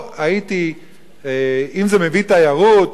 אם זה מביא תיירות,